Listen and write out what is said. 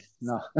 no